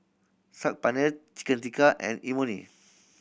Saag Paneer Chicken Tikka and Imoni